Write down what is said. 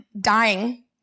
dying